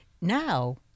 now